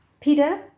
peter